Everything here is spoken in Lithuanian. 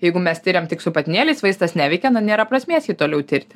jeigu mes tiriam tik su patinėliais vaistas neveikia na nėra prasmės jį toliau tirti